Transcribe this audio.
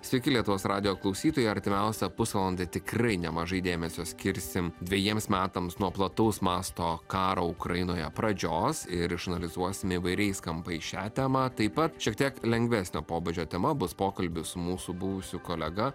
sveiki lietuvos radijo klausytojai artimiausią pusvalandį tikrai nemažai dėmesio skirsim dvejiems metams nuo plataus masto karo ukrainoje pradžios ir išanalizuosime įvairiais kampais šią temą taip pat šiek tiek lengvesnio pobūdžio tema bus pokalbis su mūsų buvusiu kolega